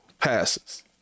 passes